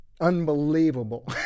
unbelievable